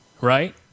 Right